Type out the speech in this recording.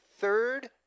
third